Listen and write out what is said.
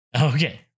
Okay